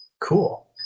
Cool